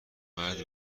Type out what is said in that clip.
مرد